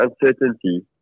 uncertainty